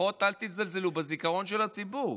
לפחות אל תזלזלו בזיכרון של הציבור.